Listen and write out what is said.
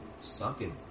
sucking